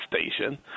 station